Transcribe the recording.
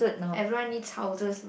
everyone needs houses mah